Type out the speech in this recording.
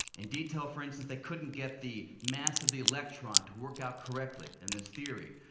in detail, for instance, they couldn't get the mass of the electron to work out correctly in this theory.